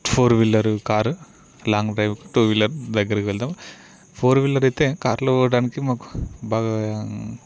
four wheeler car long drive two wheeler దగ్గరకి వెళ్దాం four wheeler అయితే కార్లో పోవడానికి మాకు బాగా